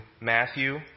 Matthew